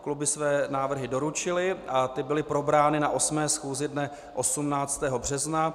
Kluby své návrhy doručily a ty byly probrány na 8. schůzi dne 18. března.